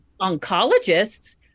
oncologists